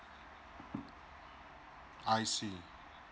I see